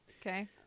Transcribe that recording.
Okay